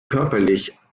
körperlich